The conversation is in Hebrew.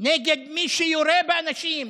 נגד מי שיורה באנשים,